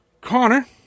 Connor